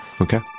Okay